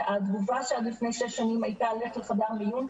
התגובה שעד לפני שש שנים הייתה, לך לחדר מיון.